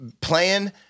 Playing